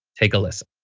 take a listen.